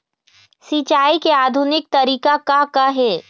सिचाई के आधुनिक तरीका का का हे?